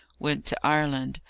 went to ireland,